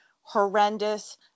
horrendous